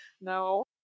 No